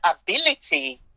ability